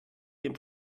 dem